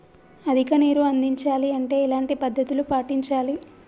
అధిక నీరు అందించాలి అంటే ఎలాంటి పద్ధతులు పాటించాలి?